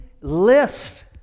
list